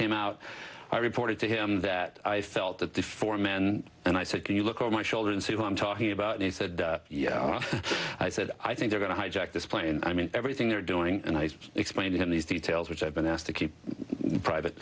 came out i reported to him that i felt that the four men and i said can you look over my shoulder and see who i'm talking about and he said you know i said i think they're going to hijack this plane i mean everything they're doing and i explained to him these details which i've been asked to keep private